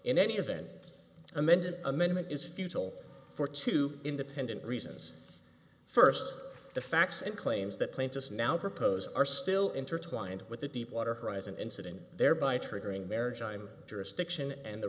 in any event amended amendment is futile for two independent reasons first the facts and claims that plaintiffs now propose are still intertwined with the deepwater horizon incident thereby triggering marriage i'm jurisdiction and the